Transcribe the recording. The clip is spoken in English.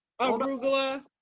Arugula